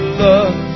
love